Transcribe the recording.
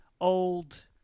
old